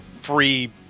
free